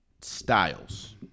Styles